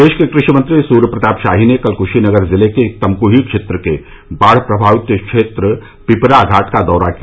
प्रदेश के कृषि मंत्री सूर्य प्रताप शाही ने कल क्शीनगर जिले के तमक्ही क्षेत्र के बाढ़ प्रभावित क्षेत्र पिपरा घाट का दौरा किया